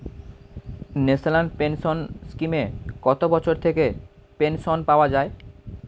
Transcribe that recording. National pension স্কিমে কত বয়স থেকে পেনশন পাওয়া যায়?